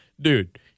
Dude